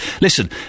Listen